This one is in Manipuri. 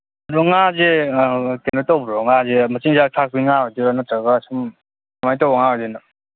ꯑꯗꯨ ꯉꯥꯁꯦ ꯀꯩꯅꯣ ꯇꯧꯕ꯭ꯔꯣ ꯉꯥꯁꯦ ꯃꯆꯤꯟꯖꯥꯛ ꯊꯥꯛꯄꯤ ꯉꯥ ꯑꯣꯏꯗꯣꯏꯔꯣ ꯅꯠꯇ꯭ꯔꯒ ꯁꯨꯝ ꯀꯃꯥꯏꯅ ꯇꯧꯕ ꯉꯥ ꯑꯣꯏꯗꯣꯏꯅꯣ